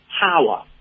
power